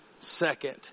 Second